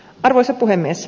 arvoisa puhemies